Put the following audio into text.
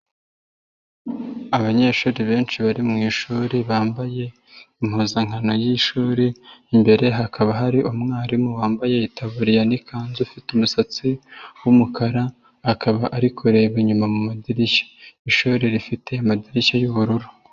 Abanyeshuri benshi bari mu ishuri bambaye impuzankano y'ishuri, imbere hakaba hari umwarimu wambaye itaburiya n'ikanzu ufite umusatsi w'umukara, akaba ari kureba inyuma mu madirishya. Ishuri rifite amadirishya y'ubururu.